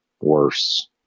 worse